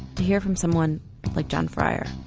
to hear from someone like john fryer.